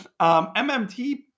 MMT